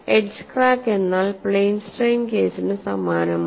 edge crack എന്നാൽ plane strain കേസിനു സമാനമാണ്